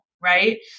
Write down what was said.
right